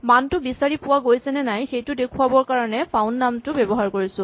মানটো বিচাৰি পোৱা গৈছে নে নাই সেইটো দেখুৱাবৰ কাৰণে ফাউন্ড নামটো ব্যৱহাৰ কৰিছো